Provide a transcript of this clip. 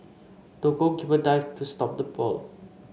the goalkeeper dived to stop the ball